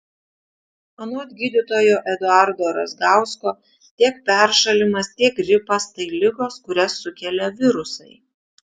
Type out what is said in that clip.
anot gydytojo eduardo razgausko tiek peršalimas tiek gripas tai ligos kurias sukelia virusai